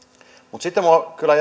mutta sitten minua kyllä